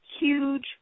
huge